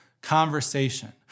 conversation